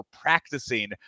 practicing